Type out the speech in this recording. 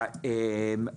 אני,